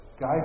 Guide